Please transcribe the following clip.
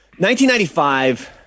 1995